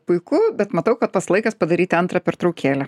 puiku bet matau kad pats laikas padaryti antrą pertraukėlę